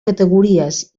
categories